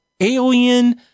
alien